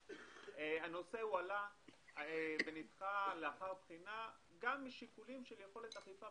הנושא הועלה ונדחה לאחר בחינה גם משיקולים של יכולת אכיפה.